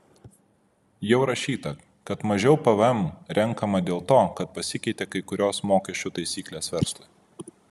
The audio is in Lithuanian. jau rašyta kad mažiau pvm renkama dėl to kad pasikeitė kai kurios mokesčių taisyklės verslui